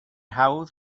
hawdd